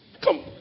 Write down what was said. Come